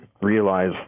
realize